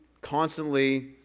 constantly